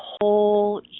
whole